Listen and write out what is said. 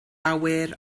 awyr